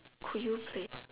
could you play